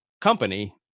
company